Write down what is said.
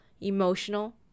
emotional